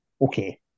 Okay